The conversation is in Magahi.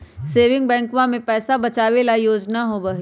सेविंग बैंकवा में पैसा बचावे ला योजना होबा हई